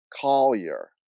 Collier